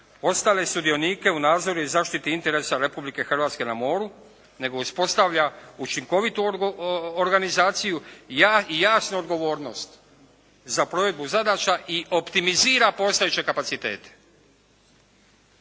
ostale sudionike u nadzoru i zaštiti interesa Republike Hrvatske na moru nego uspostavlja učinkovitu organizaciju i jasnu odgovornost za provedbu zadaća i optimizira postojeće kapacitete.